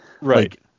Right